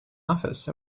office